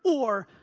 or,